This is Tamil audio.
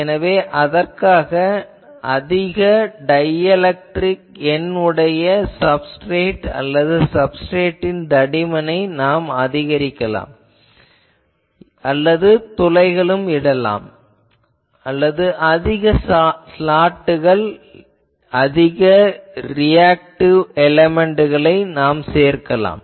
எனவே அதற்காக அதிக டைஎலெக்ட்ரிக் எண் உடைய சப்ஸ்ட்ரேட் அல்லது சப்ஸ்ட்ரேட்டின் தடிமனை அதிகரிக்கலாம் அல்லது துளைகள் இடலாம் அல்லது அதிக ஸ்லாட்கள் அல்லது ரியாக்டிவ் எலமென்ட் சேர்க்கலாம்